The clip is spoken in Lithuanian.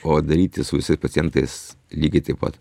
o daryti su visais pacientais lygiai taip pat